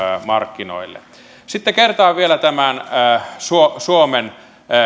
markkinoille sitten kertaan vielä tämän suomen